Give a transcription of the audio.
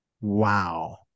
wow